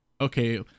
okay